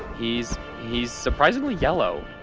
he's he's surprisingly yellow,